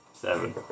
Seven